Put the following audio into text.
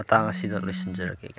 ꯃꯇꯥꯡ ꯑꯁꯤꯗ ꯂꯣꯏꯁꯟꯖꯔꯒꯦ